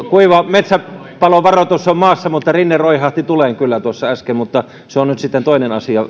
metsäpalovaroitus on maassa ja rinne roihahti tuleen tuossa äsken mutta edustaja rinteen toimet ovat nyt sitten toinen asia